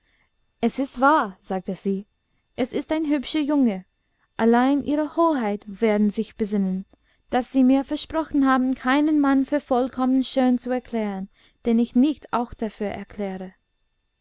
es ist wahr sagte sie es ist ein hübscher junge allein ihro hoheit werden sich besinnen daß sie mir versprochen haben keinen mann für vollkommen schön zu erklären den ich nicht auch dafür erkläre